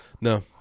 No